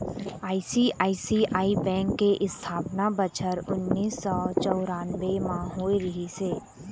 ICICI bank के इस्थापना बछर उन्नीस सौ चउरानबे म होय रिहिस हे